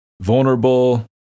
vulnerable